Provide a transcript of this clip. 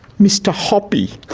mr hoppy.